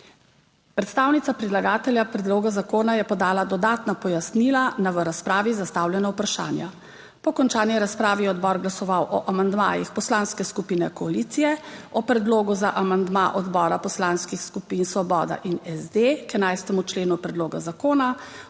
Predstavnica predlagatelja predloga zakona je podala dodatna pojasnila na v razpravi zastavljena vprašanja. Po končani razpravi je odbor glasoval o amandmajih Poslanske skupine koalicije o predlogu za amandma odbora Poslanskih skupin Svoboda in SD k 11. členu Predloga zakona